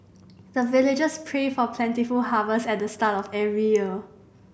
the villagers pray for plentiful harvest at the start of every year